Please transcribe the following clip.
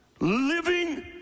living